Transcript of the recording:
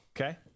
Okay